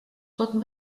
pot